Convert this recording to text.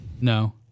No